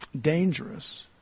dangerous